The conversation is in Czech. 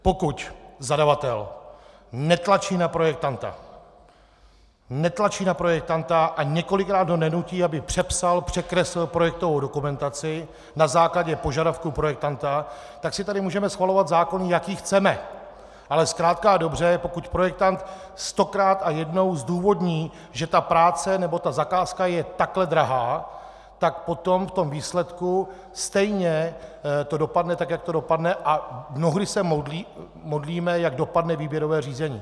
Pokud zadavatel netlačí na projektanta, netlačí na projektanta a několikrát ho nenutí, aby přepsal, překreslil projektovou dokumentaci na základě požadavku projektanta, tak si tady můžeme schvalovat zákon, jaký chceme, ale zkrátka a dobře, pokud projektant stokrát a jednou zdůvodní, že ta práce nebo ta zakázka je takhle drahá, tak potom v tom výsledku stejně to dopadne tak, jak to dopadne, a mnohdy se modlíme, jak dopadne výběrové řízení.